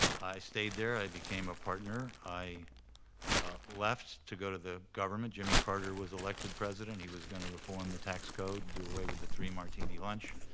i stayed there, i became a partner. i left to go to the government. jimmy carter was elected president. he was gonna reform the tax code and do away with the three-martini lunch.